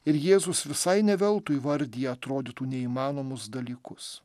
ir jėzus visai ne veltui vardija atrodytų neįmanomus dalykus